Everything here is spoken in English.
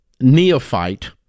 neophyte